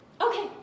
okay